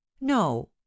no